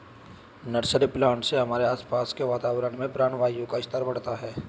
nursery plant से हमारे आसपास के वातावरण में प्राणवायु का स्तर बढ़ता है